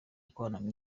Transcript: gukorana